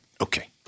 Okay